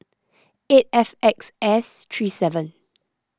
eight F X S three seven